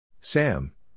Sam